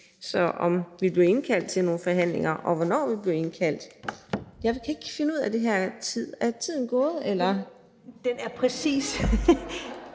på, om vi bliver indkaldt til nogle forhandlinger, og hvornår vi bliver indkaldt. Jeg kan ikke finde ud af den her tid. Er tiden gået? Kl.